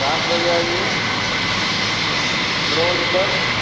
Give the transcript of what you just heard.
सात बजे आइए ग्रोंड पर